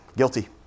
guilty